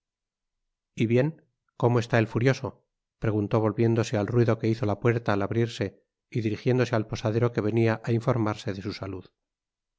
y bien cómo está el furioso preguntó volviéndose al ruido que hizo la puerta al abrirse y dirigiéndose al posadero que venia á informarse de su salud